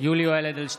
יולי יואל אדלשטיין,